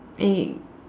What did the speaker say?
eight